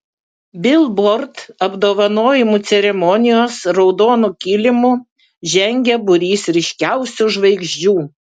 bilbord apdovanojimų ceremonijos raudonu kilimu žengė būrys ryškiausių žvaigždžių